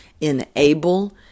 enable